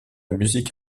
musique